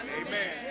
Amen